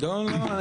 לא, לא.